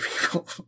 people